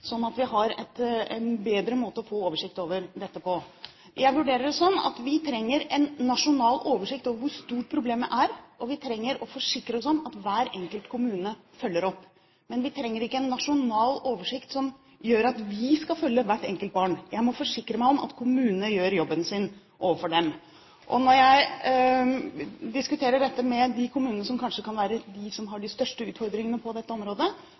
at vi har en bedre måte å få oversikt over dette på? Jeg vurderer det sånn at vi trenger en nasjonal oversikt over hvor stort problemet er, og vi trenger å forsikre oss om at hver enkelt kommune følger opp, men vi trenger ikke en nasjonal oversikt som gjør at vi skal følge opp hvert enkelt barn. Jeg må forsikre meg om at kommunene gjør jobben sin overfor dem. Når jeg diskuterer dette med de kommunene som kanskje kan være de som har de største utfordringene på dette området,